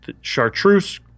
chartreuse